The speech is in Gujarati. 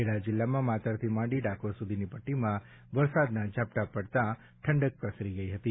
ખેડા જિલ્લામાં માતરથી માંડી ડાકોર સુધીની પટ્ટીમાં વરસાદના ઝાપટાં પડતાં ઠંડક પ્રસરી ગઈ હતી